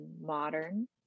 modern